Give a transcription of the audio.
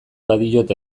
badiot